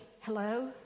hello